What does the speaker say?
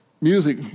music